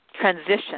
transition